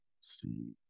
See